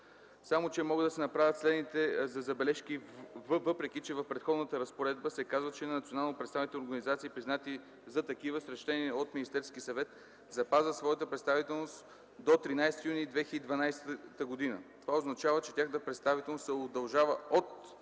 Могат да се направят следните забележки. Въпреки че в Преходната разпоредба се казва, че национално представителните организации, признати за такива с решение на Министерския съвет, запазват своята представителност до 13 юни 2012 г., това означава, че тяхната представителност се удължава не